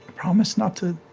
promise not to